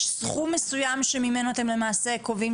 יש סכום מסוים שממנו אתם למעשה קובעים